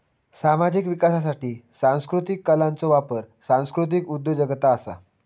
सामाजिक विकासासाठी सांस्कृतीक कलांचो वापर सांस्कृतीक उद्योजगता असा